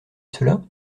cela